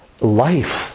life